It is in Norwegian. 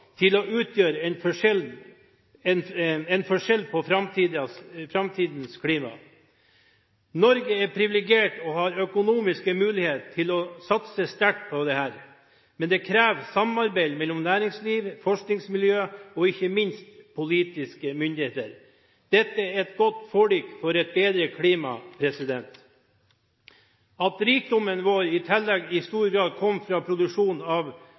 til å utgjøre en forskjell på framtidens klima. Norge er privilegert og har økonomisk mulighet til å satse sterkt på dette. Men det krever samarbeid mellom næringsliv, forskningsmiljøer, og, ikke minst, politiske myndigheter. Dette er et godt forlik for et bedre klima. At rikdommen vår i tillegg i stor grad kom fra produksjon av